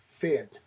fed